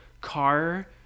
car